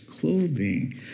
clothing